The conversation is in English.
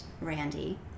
Randy